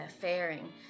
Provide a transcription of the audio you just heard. faring